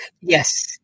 yes